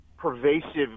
pervasive